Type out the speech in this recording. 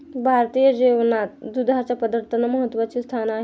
भारतीय जेवणात दुधाच्या पदार्थांना महत्त्वाचे स्थान आहे